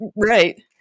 Right